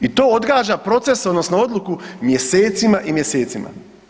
I to odgađa proces odnosno odluku mjesecima i mjesecima.